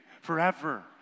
forever